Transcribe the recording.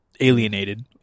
alienated